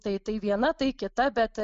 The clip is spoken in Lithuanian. tai tai viena tai kita bet